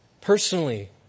personally